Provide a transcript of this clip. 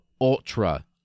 ultra